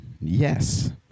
Yes